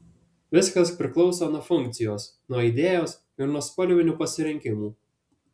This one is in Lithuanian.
viskas priklauso nuo funkcijos nuo idėjos ir nuo spalvinių pasirinkimų